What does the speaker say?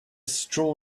straw